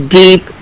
deep